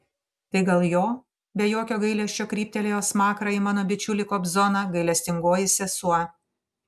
tai gal jo be jokio gailesčio kryptelėjo smakrą į mano bičiulį kobzoną gailestingoji sesuo